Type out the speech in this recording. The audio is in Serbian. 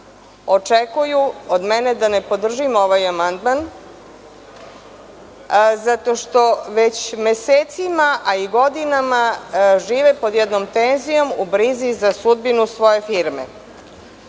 očekuju od mene da ne podržim ovaj amandman zato što već mesecima, a i godinama žive pod jednom tenzijom u brizi za sudbinu svoje